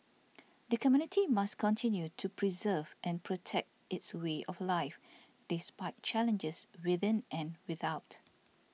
the community must continue to preserve and protect its way of life despite challenges within and without